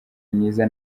myiza